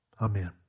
amen